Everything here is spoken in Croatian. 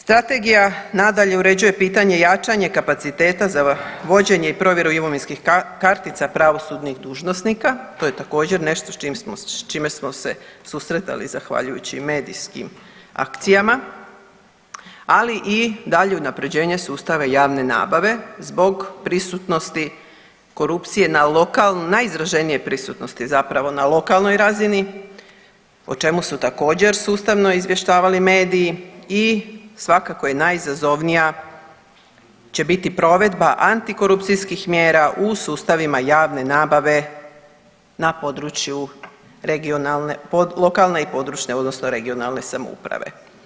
Strategija nadalje uređuje pitanje i jačanje kapaciteta za vođenje i provjeru imovinskih kartica pravosudnih dužnosnika, to je također nešto s čime smo se susretali zahvaljujući medijskim akcijama, ali i daljnje unaprjeđenje sustava javne nabave zbog prisutnosti korupcije na, najizraženije prisutnosti zapravo na lokalnoj razini, o čemu su također sustavno izvještavali mediji i svakako je najizazovnija će biti provedba antikorupcijskih mjera u sustavima javne nabave na području regionalne, lokalne i područne odnosno regionalne samouprave.